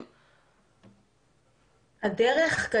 מוחלשים.